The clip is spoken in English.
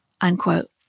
unquote